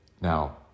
Now